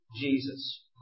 Jesus